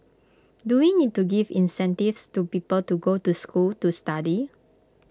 do we need to give incentives to people to go to school to study